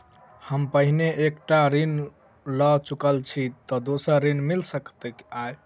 हम पहिने एक टा ऋण लअ चुकल छी तऽ दोसर ऋण मिल सकैत अई?